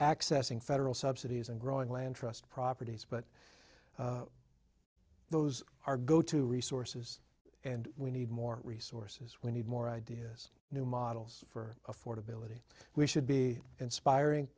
accessing federal subsidies and growing land trust properties but those are go to resources and we need more resources we need more ideas new models for affordability we should be inspiring